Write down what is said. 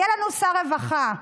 היה לנו שר רווחה,